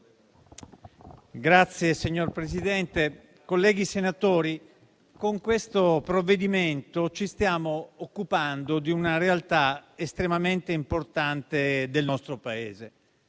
Signor Presidente, colleghi senatori, con questo provvedimento ci stiamo occupando di una realtà estremamente importante del nostro Paese.